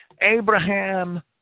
Abraham